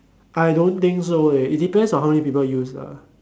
I don't think so eh it depends on how many people use ah